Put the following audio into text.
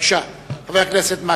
בבקשה, חבר הכנסת מקלב.